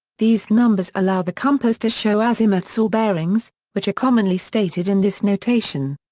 these numbers allow the compass to show azimuths or bearings, which are commonly stated in this notation.